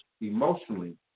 emotionally